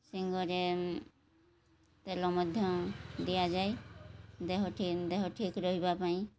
ଶିଙ୍ଗରେ ତେଲ ମଧ୍ୟ ଦିଆଯାଏ ଦେହ ଦେହ ଠିକ୍ ରହିବା ପାଇଁ